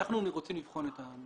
אני רוצה לסיים.